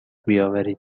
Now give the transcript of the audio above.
بیاورید